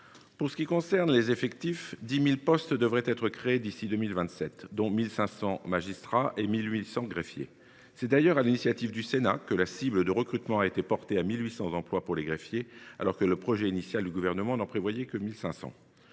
Pour ce qui concerne les effectifs, 10 000 postes devraient être créés d’ici à 2027, dont 1 500 postes de magistrats et 1 800 postes de greffiers. C’est d’ailleurs sur l’initiative du Sénat que la cible de recrutement a été portée à 1 800 emplois pour les greffiers, quand le projet initial du Gouvernement n’en prévoyait que 1500.